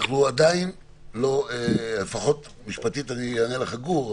בגלל --- משפטית יענה לך גור,